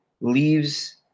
leaves